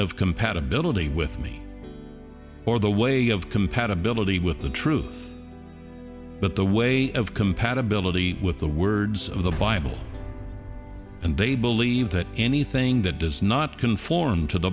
of compatibility with me or the way of compatibility with the truth but the way of compatibility with the words of the bible and they believe that anything that does not conform to the